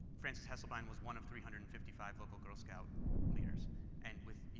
frances hesselbein was one of three hundred and fifty five local girl scout leaders and with, you